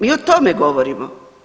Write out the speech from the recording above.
Mi o tome govorimo.